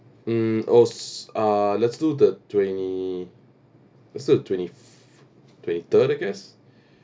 mm oh s~ uh let's do the twenty let's do the twenty twenty third I guess